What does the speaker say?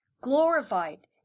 Glorified